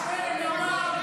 --- השר קרעי, די.